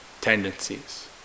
tendencies